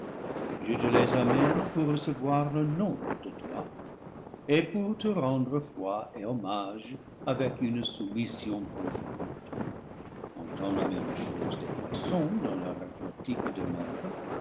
je te les amène pour recevoir leurs noms de toi et pour te rendre foi et hommage avec une soumission profonde entends la même chose des poissons dans leur aquatique demeure